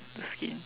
the skin